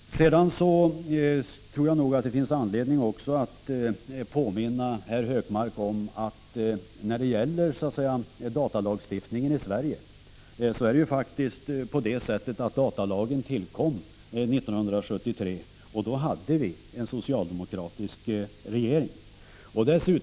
Sedan tror jag nog att det finns anledning att påminna herr Hökmark om att datalagen tillkom 1973, när vi hade en socialdemokratisk regering.